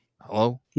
hello